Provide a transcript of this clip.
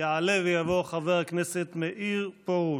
יעלה ויבוא חבר הכנסת מאיר פרוש.